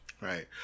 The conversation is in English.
Right